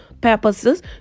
purposes